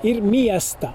ir miestą